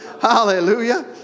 hallelujah